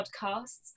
Podcasts